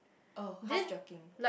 oh half joking